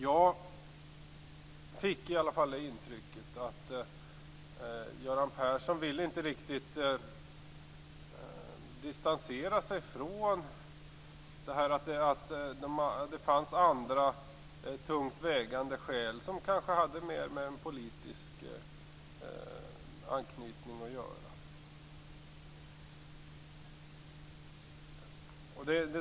Jag fick intrycket att Göran Persson inte riktigt vill distansera sig från att det fanns andra tungt vägande skäl som hade en mer politisk anknytning.